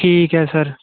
ਠੀਕ ਹੈ ਸਰ